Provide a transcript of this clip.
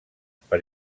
per